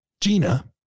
Gina